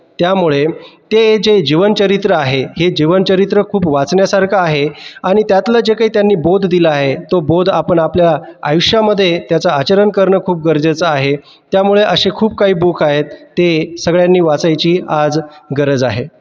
त्यामुळे ते जे जीवनचरित्र आहे हे जीवनचरित्र खूप वाचण्यासारखं आहे आणि त्यातलं जे काही त्यांनी बोध दिला आहे तो बोध आपण आपल्या आयुष्यामध्ये त्याचं आचरण करणं खूप गरजेचं आहे त्यामुळे असे खूप काही बुक आहेत ते सगळ्यांनी वाचायची आज गरज आहे